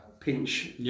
pinch